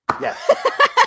Yes